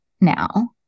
now